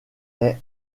est